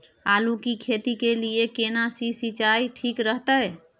आलू की खेती के लिये केना सी सिंचाई ठीक रहतै?